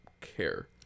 care